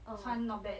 orh